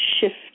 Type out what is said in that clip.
shift